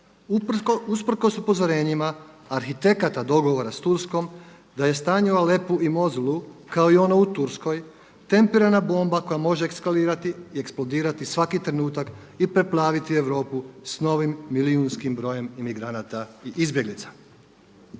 usprkos upozorenjima arhitekata dogovora s Turskom da je stanje u Alepu i Mozulu kao i ono u Turskoj tempirana bomba koja može eskalirati i eksplodirati svaki trenutak i preplaviti Europu s novim milijunskim brojem migranata i izbjeglica.